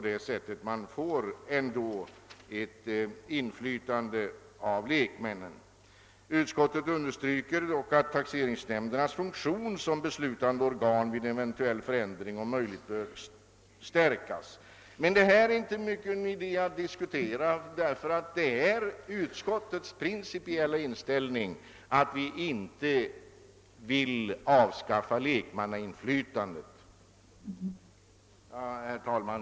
Då får vi ju ändå ett lekmannainflytande. Utskottet skriver emellertid: »Taxeringsnämndernas funktion som beslutande organ bör därför vid en eventuell förändring om möjligt stärkas.» Det är inte stor idé att diskutera denna fråga ytterligare, ty utskottets principiella inställning är att lekmannainflytandet inte bör avskaffas. Herr talman!